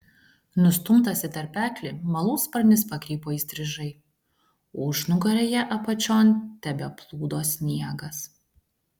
nustumtas į tarpeklį malūnsparnis pakrypo įstrižai užnugaryje apačion tebeplūdo sniegas